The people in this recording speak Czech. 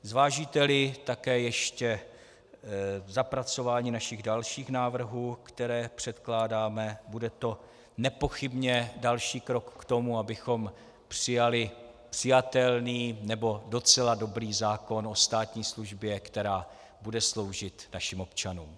Zvážíteli také ještě zapracování našich dalších návrhů, které předkládáme, bude to nepochybně další krok k tomu, abychom přijali přijatelný, nebo docela dobrý zákon o státní službě, která bude sloužit našim občanům.